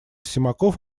симаков